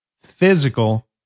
physical